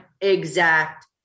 exact